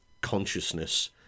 consciousness